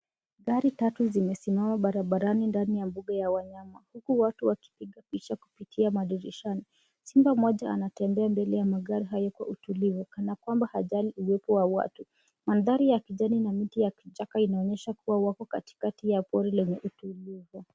Gari tatu zimesimama barabarani ndani ya bunge ya wanyama huku watu wakipiga picha kupitia madirishani. Simba moja anatembea mbele ya magari hayo kwa utulivu, kana kwamba hajali uwepo wa watu. Mandhari ya kijani na miti ya vichaka inaonyesha kuwa wapo katikati ya pori lenye utulivu.